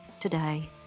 today